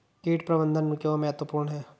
कीट प्रबंधन क्यों महत्वपूर्ण है?